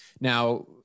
Now